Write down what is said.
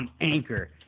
Anchor